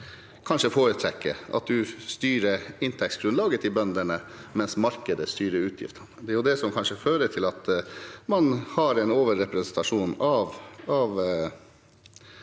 kanskje foretrekker, ved at man styrer inntektsgrunnlaget til bøndene, mens markedet styrer utgiftene. Det er kanskje det som fører til at man har en overrepresentasjon av